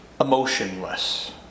emotionless